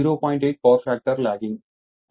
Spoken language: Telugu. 8 పవర్ ఫ్యాక్టర్ లాగింగ్